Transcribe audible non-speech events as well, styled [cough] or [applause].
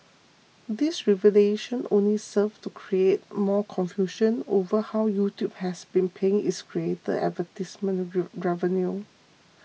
this revelation only served to create more confusion over how YouTube has been paying its creators advertisement [unintelligible] revenue